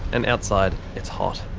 and outside it's hot.